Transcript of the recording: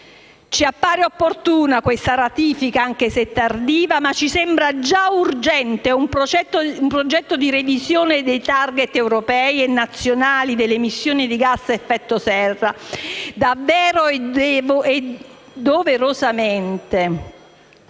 Ci appare quindi opportuna questa ratifica, anche se tardiva, ma ci sembra già urgente un progetto di revisione dei *target* europei e nazionali delle emissioni di gas a effetto serra. Noi dobbiamo davvero (e doverosamente)